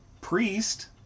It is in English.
Priest